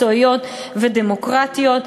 מקצועיות ודמוקרטיות.